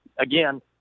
again